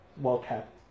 well-kept